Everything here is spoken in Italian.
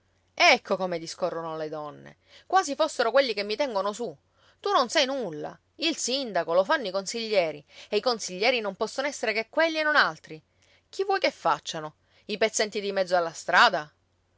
ecco come discorrono le donne quasi fossero quelli che mi tengono su tu non sai nulla il sindaco lo fanno i consiglieri e i consiglieri non possono essere che quelli e non altri chi vuoi che facciano i pezzenti di mezzo alla strada